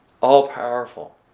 all-powerful